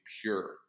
pure